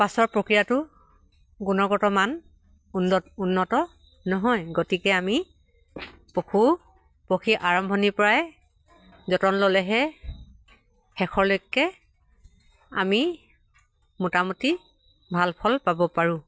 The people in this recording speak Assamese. পাছৰ প্ৰক্ৰিয়াটো গুণগত মান উন্নত উন্নত নহয় গতিকে আমি পশু পক্ষী আৰম্ভণিৰ পৰাই যতন ল'লেহে শেষৰলৈকে আমি মোটামুটি ভাল ফল পাব পাৰোঁ